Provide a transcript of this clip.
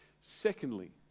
Secondly